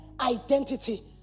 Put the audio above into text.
identity